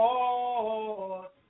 Lord